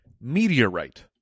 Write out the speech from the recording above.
meteorite